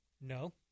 No